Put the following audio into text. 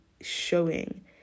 showing